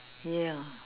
ya